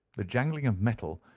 the jangling of metal,